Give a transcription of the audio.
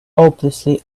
hopelessly